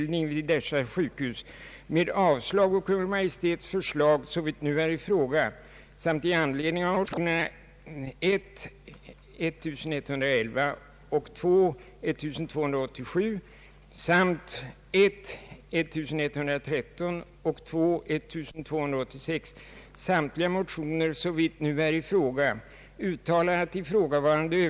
Det dröjer ju länge innan dessa tjänster konkret skall tillsättas.